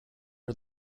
are